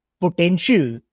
potential